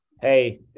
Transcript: Hey